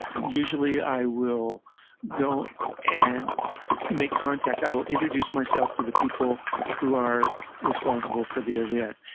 usually, i will go and make contact. i will introduce myself to the people who are responsible for the event.